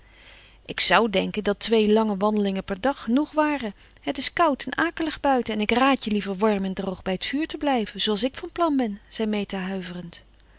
ik zou denken dat twee lange wandelingen per dag genoeg waren het is koud en akelig buiten en ik raad je liever warm en droog bij t vuur te blijven zooals ik van plan ben zei meta huiverend